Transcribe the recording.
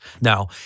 Now